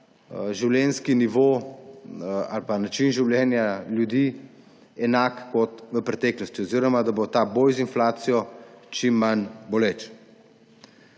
življenjski nivo ali način življenja ljudi enak kot v preteklosti, oziroma da bo boj z inflacijo čim manj boleč.